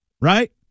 right